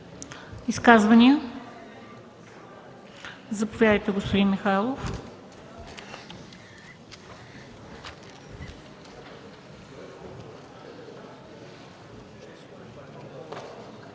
Изказвания? Заповядайте, господин Михайлов.